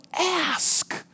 ask